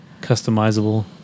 Customizable